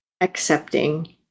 accepting